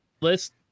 list